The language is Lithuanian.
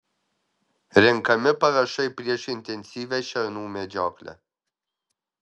renkami parašai prieš intensyvią šernų medžioklę